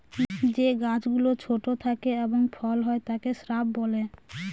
যে গাছ গুলো ছোট থাকে এবং ফল হয় তাকে শ্রাব বলে